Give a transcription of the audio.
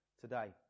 today